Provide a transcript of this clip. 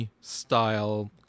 style